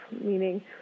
meaning